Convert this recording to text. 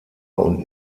und